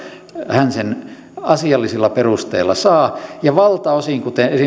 hän sen asiallisilla perusteilla saa ja valtaosin kuten